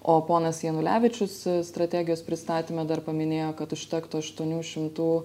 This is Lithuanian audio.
o ponas janulevičius strategijos pristatyme dar paminėjo kad užtektų aštuonių šimtų